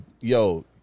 yo